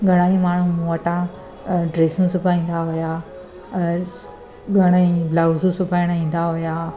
घणेई माण्हू मूं वटां ड्रेसूं सिबाईंदा हुआ स घणेई ब्लाउज़ूं सिबाइणु ईंदा हुआ